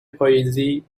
پاییزی